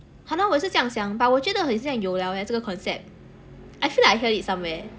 !hannor! 我也是这样想 but 我觉得很像有了 eh 这个 concept I feel like I hear it somewhere